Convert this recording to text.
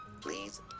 Please